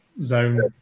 zone